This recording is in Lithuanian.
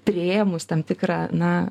priėmus tam tikrą na